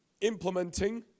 implementing